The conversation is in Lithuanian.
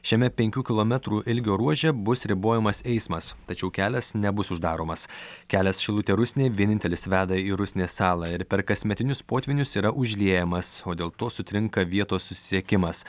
šiame penkių kilometrų ilgio ruože bus ribojamas eismas tačiau kelias nebus uždaromas kelias šilutė rusnė vienintelis veda į rusnės salą ir per kasmetinius potvynius yra užliejamas o dėl to sutrinka vietos susisiekimas